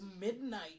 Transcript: Midnight